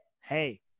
hey